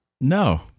No